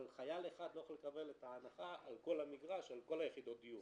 אבל חייל אחד לא יכול לקבל את ההנחה על כל המגרש על כל יחידות הדיור.